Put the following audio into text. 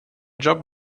job